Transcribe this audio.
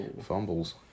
fumbles